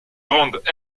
grande